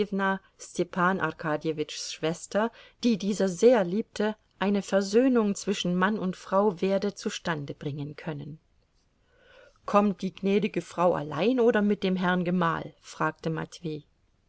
schwester die dieser sehr liebte eine versöhnung zwischen mann und frau werde zustande bringen können kommt die gnädige frau allein oder mit dem herrn gemahl fragte